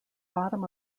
bottom